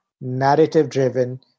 narrative-driven